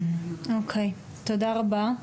תודה רבה.